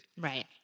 Right